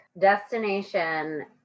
Destination